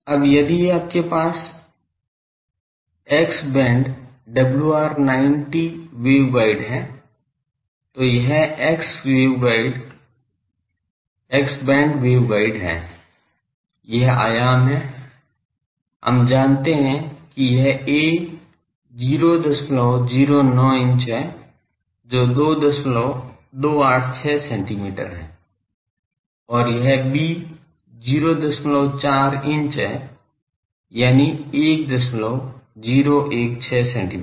अब यदि आपके पास X band WR90 wave guide है तो यह X band वेवगाइड है यह आयाम है हम जानते हैं कि यह a 009 इंच है जो 2286 सेमी है और यह b 04 inch है यानी 1016 सेमी